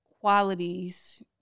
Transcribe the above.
qualities